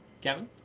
Kevin